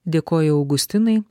dėkoju augustinai